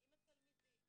עם התלמידים,